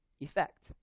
Effect